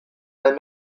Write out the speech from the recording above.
dal